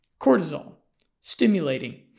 cortisol-stimulating